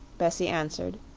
bessie answered.